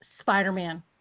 Spider-Man